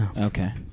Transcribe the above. Okay